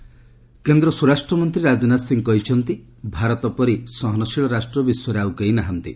ରାଜନାଥ ସିଂ କେନ୍ଦ୍ର ସ୍ୱରାଷ୍ଟ୍ରମନ୍ତ୍ରୀ ରାଜନାଥ ସିଂ କହିଛନ୍ତି ଯେ ଭାରତ ପରି ସହନଶୀଳ ରାଷ୍ଟ୍ର ବିଶ୍ୱରେ ଆଉ କେହି ନାହାନ୍ତି